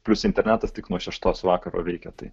plius internetas tik nuo šeštos vakaro veikia tai